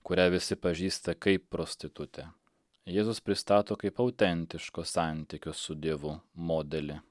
kurią visi pažįsta kaip prostitutę jėzus pristato kaip autentiško santykio su dievu modelį